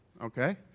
Okay